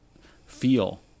feel